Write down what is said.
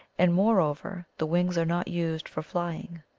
and more over the wings are not used for flying.